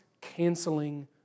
canceling